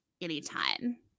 anytime